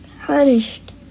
punished